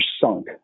sunk